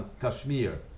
Kashmir